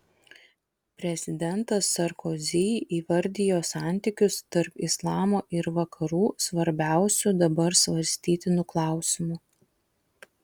prezidentas sarkozi įvardijo santykius tarp islamo ir vakarų svarbiausiu dabar svarstytinu klausimu